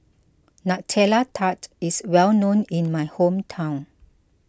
Nutella Tart is well known in my hometown